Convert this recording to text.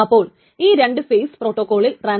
നമുക്ക് ഇനി യഥാർത്ഥ പ്രോട്ടോകോളിലേക്ക് വരാം